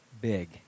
big